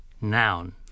noun